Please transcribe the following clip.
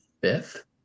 fifth